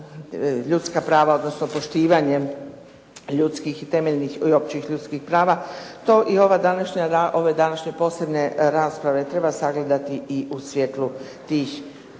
ljudska prava, odnosno poštivanje ljudskih i temeljnih, općih ljudskih prava to ove današnje posebne rasprave treba sagledati i u svijetlu tih